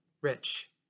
rich